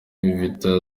vita